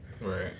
Right